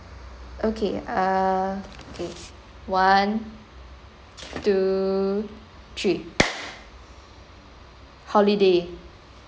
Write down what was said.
okay err okay one two three holiday